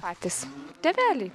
patys tėveliai